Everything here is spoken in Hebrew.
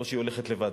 או שהיא הולכת לבד.